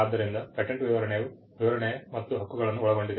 ಆದ್ದರಿಂದ ಪೇಟೆಂಟ್ ವಿವರಣೆಯು ವಿವರಣೆ ಮತ್ತು ಹಕ್ಕುಗಳನ್ನು ಒಳಗೊಂಡಿದೆ